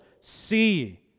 see